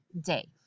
day